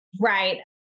Right